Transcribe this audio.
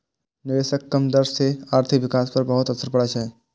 निवेशक कम दर सं आर्थिक विकास पर बहुत असर पड़ै छै